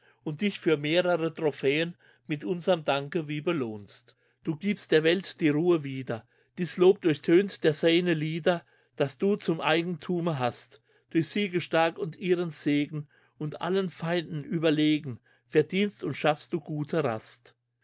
und dich für mehrere trophäen mit unserm dank wie belohnst du gibst der welt die ruhe wieder dies lob durchtönt der seine lieder das du zum eigenthume hast durch siege stark und ihren segen und allen feinden überlegen verdienst und schaffst du gute rast